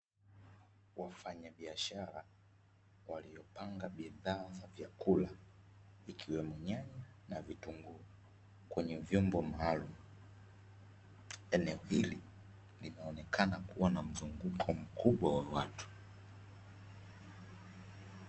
Wafanyabiashara waliopanga bidhaa za vyakula ikiwemo: nyanya na vitunguu kwenye vyombo maalumu. Eneo hili linaonekana kuwa na mzunguko mkubwa wa watu.